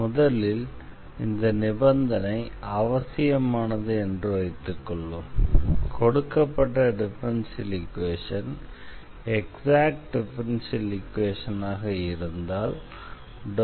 முதலில் இந்த நிபந்தனை அவசியமானது என்று வைத்துக் கொள்வோம் கொடுக்கப்பட்ட டிஃபரன்ஷியல் ஈக்வேஷன் எக்ஸாக்ட் டிஃபரன்ஷியல் ஈக்வேஷனாக இருந்தால் ∂M∂y∂N∂x